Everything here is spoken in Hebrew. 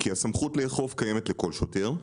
כי הסמכות לאכוף קיימת לכל שוטר.